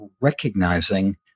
recognizing